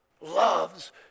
loves